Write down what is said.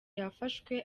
yafashwe